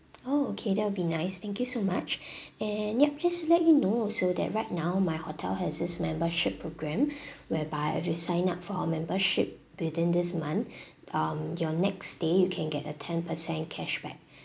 oh okay that'll be nice thank you so much and yup just let you know also that right now my hotel has this membership program whereby if you sign up for our membership within this month um your next day you can get a ten percent cashback